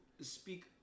speak